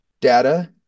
data